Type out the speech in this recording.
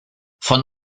von